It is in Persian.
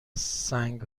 سنگ